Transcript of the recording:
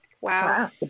Wow